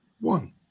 One